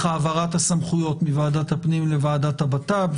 העברת הסמכויות מוועדת הפנים לוועדת הבט"פ,